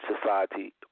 Society